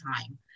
time